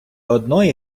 одної